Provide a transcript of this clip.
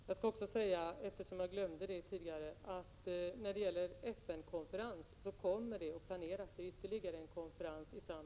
Fru talman! Då återkommer jag om några veckor och frågar om regeringens konkreta planer inför den konferensen.